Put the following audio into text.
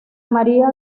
maría